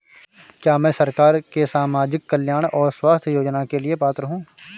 क्या मैं सरकार के सामाजिक कल्याण और स्वास्थ्य योजना के लिए पात्र हूं?